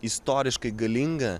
istoriškai galinga